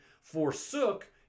forsook